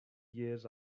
years